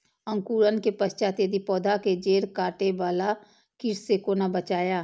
अंकुरण के पश्चात यदि पोधा के जैड़ काटे बाला कीट से कोना बचाया?